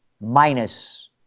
Minus